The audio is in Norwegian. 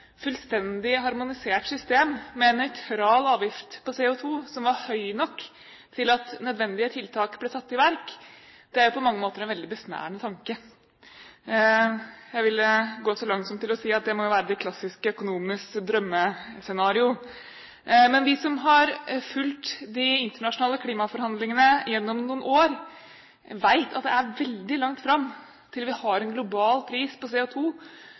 fullstendig harmonisert system med en nøytral avgift på CO2 som var høy nok til at nødvendige tiltak ble satt i verk, på mange måter er en veldig besnærende tanke. Jeg vil gå så langt som til å si at det må jo være det klassiske «økonomenes drømmescenario». Men vi som har fulgt de internasjonale klimaforhandlingene gjennom noen år, vet at det er veldig langt fram til vi har en global pris på